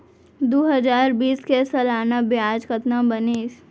दू हजार बीस के सालाना ब्याज कतना बनिस?